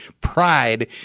pride